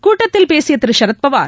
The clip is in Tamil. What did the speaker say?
கூட்டத்தில் பேசிய சரத்பவார்